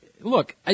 Look